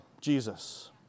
Jesus